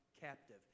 captive